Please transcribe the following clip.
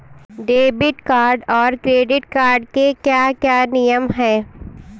Debit card और credit card के क्या क्या नियम हैं?